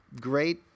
great